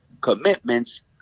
commitments